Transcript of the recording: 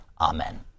amen